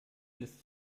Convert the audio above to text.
lässt